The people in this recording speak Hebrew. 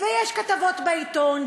ויש כתבות בעיתון,